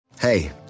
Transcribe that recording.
Hey